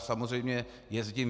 Samozřejmě jezdím.